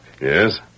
Yes